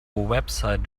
website